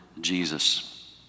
Jesus